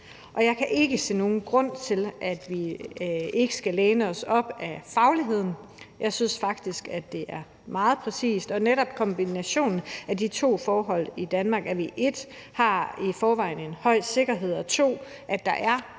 og jeg kan ikke se nogen grund til, at vi ikke skal læne os op ad fagligheden. Jeg synes faktisk, at det er meget præcist, og netop kombinationen af de to forhold i Danmark, at vi 1) i forvejen har en høj sikkerhed, og at der 2) er nogle